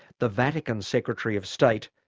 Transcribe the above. the vatican secretary of state,